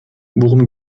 worum